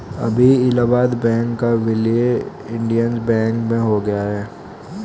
अभी इलाहाबाद बैंक का विलय इंडियन बैंक में हो गया है